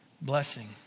blessing